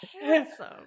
handsome